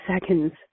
seconds